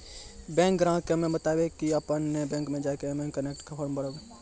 bank ग्राहक के हम्मे बतायब की आपने ने बैंक मे जय के एम कनेक्ट फॉर्म भरबऽ